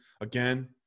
Again